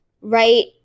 right